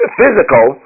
physical